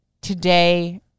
today